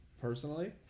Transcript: Personally